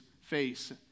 face